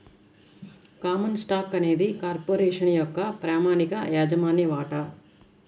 common stock అనేది corporation యొక్క ప్రామాణిక యాజమాన్య వాటా